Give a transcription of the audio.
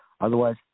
Otherwise